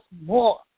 more